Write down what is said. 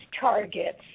targets